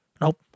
Nope